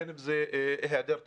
בין אם זה בהיעדר תשתיות.